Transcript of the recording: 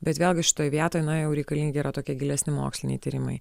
bet vėlgi šitoj vietoj na jau reikalingi yra tokie gilesni moksliniai tyrimai